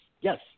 yes